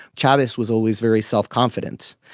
chavez was always very self-confident.